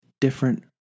different